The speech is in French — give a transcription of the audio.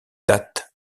date